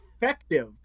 effective